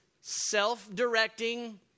Self-directing